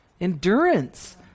endurance